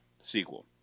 sequel